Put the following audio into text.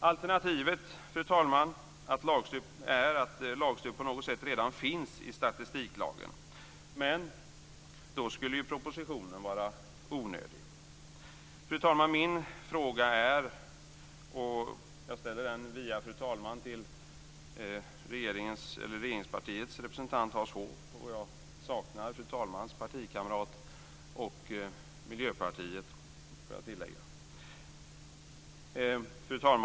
Alternativet, fru talman, är att lagstöd på något sätt redan finns i statistiklagen, men då skulle ju propositionen vara onödig. Fru talman! Jag vill ställa en fråga via fru talman till regeringspartiets representant, Hans Hoff. Jag får tillägga att jag saknar fru talmans partikamrat och Fru talman!